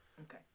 okay